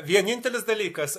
vienintelis dalykas